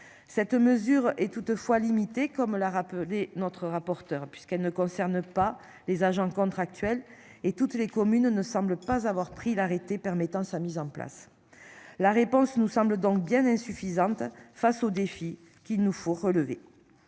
Cette mesure est toutefois limité comme l'a rappelé notre rapporteur puisqu'elle ne concerne pas les agents contractuels et toutes les communes ne semble pas avoir pris l'arrêté permettant sa mise en place. La réponse nous semble donc bien insuffisante face aux défis qu'il nous faut relever.